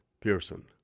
Pearson